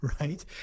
right